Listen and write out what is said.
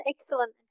excellent